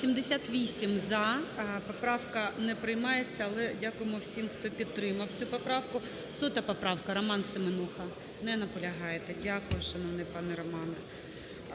За-88 Поправка не приймається. Але дякуємо всім, хто підтримав цю поправку. 100 поправка, Роман Семенуха. Не наполягаєте. Дякую, шановний пане Романе.